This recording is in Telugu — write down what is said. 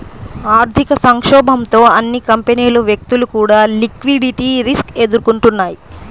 ఆర్థిక సంక్షోభంతో అన్ని కంపెనీలు, వ్యక్తులు కూడా లిక్విడిటీ రిస్క్ ఎదుర్కొన్నయ్యి